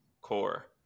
core